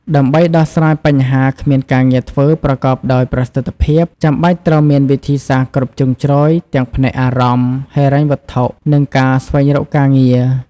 ដើម្បីដោះស្រាយបញ្ហាគ្មានការងារធ្វើប្រកបដោយប្រសិទ្ធភាព ចាំបាច់ត្រូវមានវិធីសាស្ត្រគ្រប់ជ្រុងជ្រោយទាំងផ្នែកអារម្មណ៍ ហិរញ្ញវត្ថុ និងការស្វែងរកការងារ។